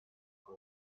like